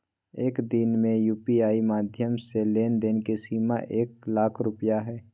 एक दिन में यू.पी.आई माध्यम से लेन देन के सीमा एक लाख रुपया हय